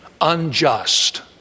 unjust